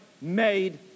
made